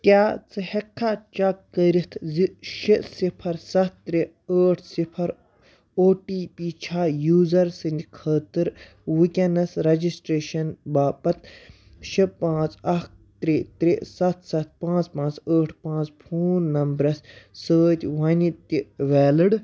کیٛاہ ژٕ ہیٚکہٕ کھا چَک کٔرِتھ زِ شےٚ سِفَر سَتھ ترٛےٚ ٲٹھ سِفَر او ٹی پی چھا یوٗزَر سٕنٛدِ خٲطرٕ وٕنۍکٮ۪نَس رجِسٹرٛیشَن باپتھ شےٚ پانٛژھ اَکھ ترٛےٚ ترٛےٚ سَتھ سَتھ پانٛژھ پانٛژھ ٲٹھ پانٛژھ فون نمبرَس سۭتۍ وَنہِ تہِ ویلٕڈ